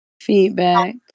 feedback